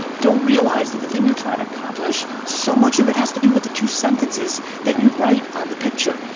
don't realize that the thing you're trying to accomplish so much of it has to do with the two sentences that you write on the picture.